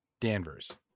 Danvers